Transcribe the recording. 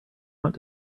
want